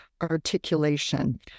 articulation